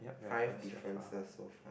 five differences so far